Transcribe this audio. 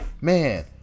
Man